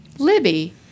Libby